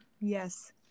Yes